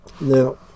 Now